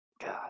God